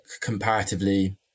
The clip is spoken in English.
comparatively